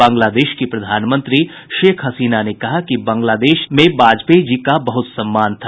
बंगला देश की प्रधानमंत्री शेख हसीना ने कहा है कि बंगला देश में वाजपेयी जी का बहुत सम्मान था